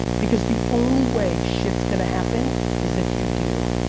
because the only way shit's gonna happen is if you do.